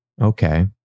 Okay